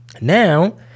Now